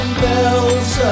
bells